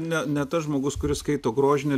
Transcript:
ne ne tas žmogus kuris skaito grožinę